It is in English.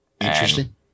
Interesting